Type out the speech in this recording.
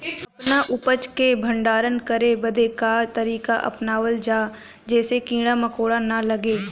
अपना उपज क भंडारन करे बदे का तरीका अपनावल जा जेसे कीड़ा मकोड़ा न लगें?